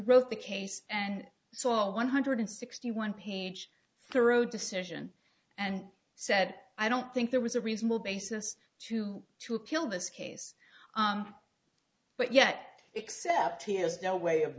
wrote the case and saw a one hundred sixty one page thorough decision and said i don't think there was a reasonable basis to to appeal this case but yet except he has no way of